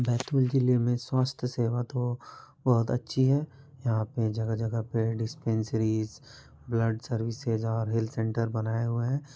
बैतूल ज़िले में स्वास्थ्य सेवा तो बहुत अच्छी है यहाँ पे जगह जगह पे डिसपेंसरीज़ ब्लड सर्विसेज़ और हेल्थ सेंटर बनाए हुए हैं